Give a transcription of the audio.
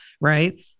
right